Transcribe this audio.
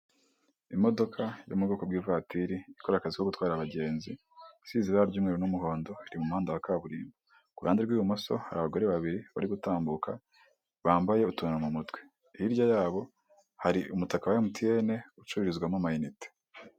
Imodoka yo mu bwoko bw bw'ivatiri ikora akazi ko gutwara abagenzi, isize ibara ry'umweru n'umuhondo iri imuhanda wa kaburimbo, ku ruhande rw'ibumoso hari abagore babiri bari gutambuka bambaye utuntu mu mutwe, hirya yabo hari umutaka wa emutiyene ucururizwamo amayinite.